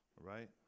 Right